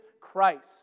Christ